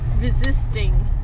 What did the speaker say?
resisting